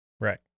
right